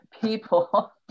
people